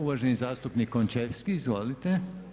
Uvaženi zastupnik Končevski, izvolite.